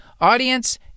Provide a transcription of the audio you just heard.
Audience